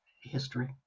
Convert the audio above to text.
history